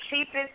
cheapest